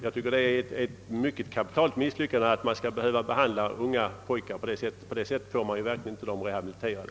Jag tycker det är ett kapitalt misslyckande att behöva behandla unga pojkar på det sättet. Därigenom får man dem verkligen inte rehabiliterade.